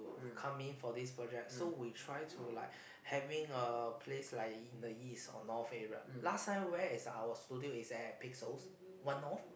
come in for this project so we try to like having a place like in the east or north area last time where is our studio is in Pixel One-North